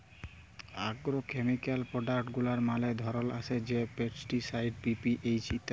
agrochemical product গুলার ম্যালা ধরল আসে যেমল পেস্টিসাইড, পি.পি.এইচ ইত্যাদি